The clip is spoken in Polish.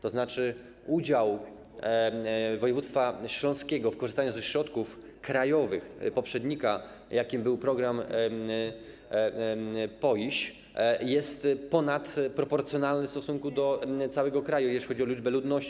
To znaczy udział województwa śląskiego w korzystaniu ze środków krajowych poprzednika, jakim był program POIiŚ, jest ponadproporcjonalny w stosunku do całego kraju, jeżeli chodzi o liczbę ludności.